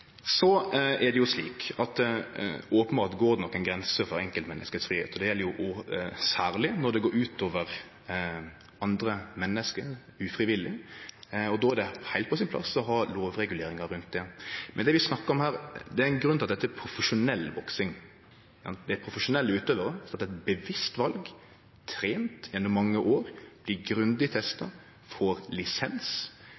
Så er det slik at openbert går det ei grense for enkeltmennesket sin fridom, særleg når det går ut over andre menneske ufrivillig. Då er det heilt på sin plass å ha lovreguleringar rundt det. Men det er ein grunn til at det heiter profesjonell boksing. Dette er profesjonelle utøvarar som har teke eit bevisst val, trent gjennom mange år, dei er grundig